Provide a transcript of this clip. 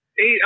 eight